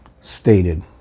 Stated